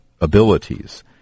abilities